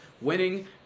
winning